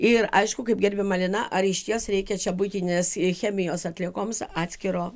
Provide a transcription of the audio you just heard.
ir aišku kaip gerbiama lina ar išties reikia čia buitinės chemijos atliekoms atskiro